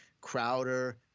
Crowder